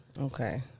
Okay